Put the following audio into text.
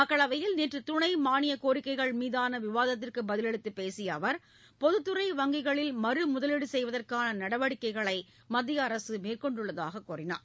மக்களவையில் நேற்று துணை மானியக் கோரிக்கைகள் மீதான விவாதத்திற்கு பதிலளித்துப் பேசிய அவர் பொதுத்துறை வங்கிகளில் மறு முதலீடு செய்வதற்கான நடவடிக்கைகளை மத்திய அரசு மேற்கொண்டுள்ளதாகக் கூறினார்